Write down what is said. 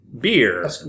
beer